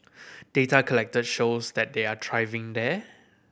data collected shows that they are thriving there